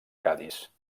cadis